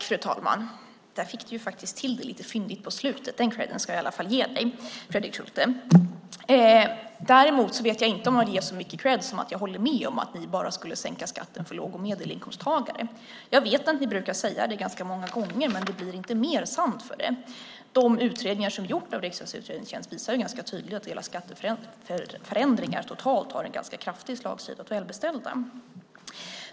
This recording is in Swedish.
Fru talman! Där fick Fredrik Schulte faktiskt till det lite fyndigt på slutet. Den kredden ska jag i alla fall ge honom. Däremot vet jag inte om jag ger så mycket kredd att jag håller med om att ni bara skulle sänka skatten för låg och medelinkomsttagare. Jag vet att ni brukar säga det ganska många gånger, men det blir inte mer sant för det. De utredningar som har gjorts av riksdagens utredningstjänst visar ganska tydligt att era skatteförändringar totalt har en ganska kraftig slagsida åt välbeställda.